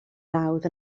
nawdd